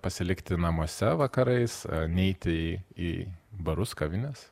pasilikti namuose vakarais neiti į barus kavines